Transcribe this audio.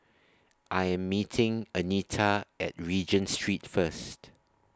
I Am meeting Anita At Regent Street First